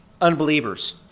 unbelievers